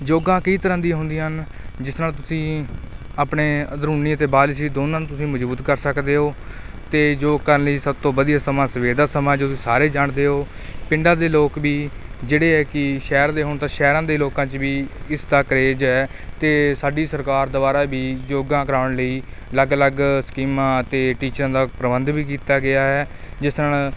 ਯੋਗਾ ਕਈ ਤਰ੍ਹਾਂ ਦੀਆਂ ਹੁੰਦੀਆਂ ਹਨ ਜਿਸ ਨਾਲ ਤੁਸੀਂ ਆਪਣੇ ਅੰਦਰੂਨੀ ਅਤੇ ਬਾਹਰੀ ਸਰੀਰ ਦੋਨਾਂ ਨੂੰ ਤੁਸੀਂ ਮਜ਼ਬੂਤ ਕਰ ਸਕਦੇ ਹੋ ਅਤੇ ਜੋ ਕਰਨ ਲਈ ਸਭ ਤੋਂ ਵਧੀਆ ਸਮਾਂ ਸਵੇਰ ਦਾ ਸਮਾਂ ਜੋ ਤੁਸੀਂ ਸਾਰੇ ਹੀ ਜਾਣਦੇ ਹੋ ਪਿੰਡਾਂ ਦੇ ਲੋਕ ਵੀ ਜਿਹੜੇ ਹੈ ਕਿ ਸ਼ਹਿਰ ਦੇ ਹੁਣ ਤਾਂ ਸ਼ਹਿਰਾਂ ਦੇ ਲੋਕਾਂ 'ਚ ਵੀ ਇਸ ਦਾ ਕਰੇਜ ਹੈ ਅਤੇ ਸਾਡੀ ਸਰਕਾਰ ਦੁਆਰਾ ਵੀ ਯੋਗਾ ਕਰਾਉਣ ਲਈ ਅਲੱਗ ਅਲੱਗ ਸਕੀਮਾਂ ਅਤੇ ਟੀਚਰਾਂ ਦਾ ਪ੍ਰਬੰਧ ਵੀ ਕੀਤਾ ਗਿਆ ਹੈ ਜਿਸ ਨਾਲ